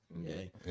okay